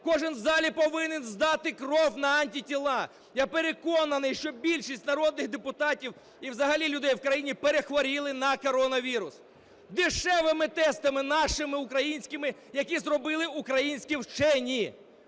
Кожен в залі повинен здати кров на антитіла. Я переконаний, що більшість народних депутатів, і взагалі людей в країні, перехворіли на коронавірус. Дешевими тестами нашими українськими, які зробили українські вчені.